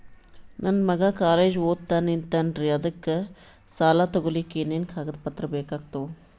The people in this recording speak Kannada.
ನನ್ನ ಮಗ ಕಾಲೇಜ್ ಓದತಿನಿಂತಾನ್ರಿ ಅದಕ ಸಾಲಾ ತೊಗೊಲಿಕ ಎನೆನ ಕಾಗದ ಪತ್ರ ಬೇಕಾಗ್ತಾವು?